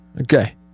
Okay